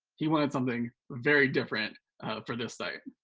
he wanted something very different for this site,